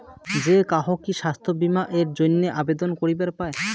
যে কাহো কি স্বাস্থ্য বীমা এর জইন্যে আবেদন করিবার পায়?